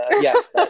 yes